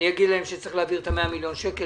אני אגיד להם שצריך להעביר 100 מיליון שקל,